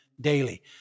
daily